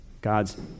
God's